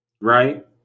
right